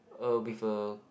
uh with a